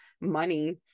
money